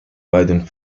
beiden